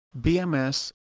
BMS